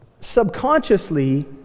subconsciously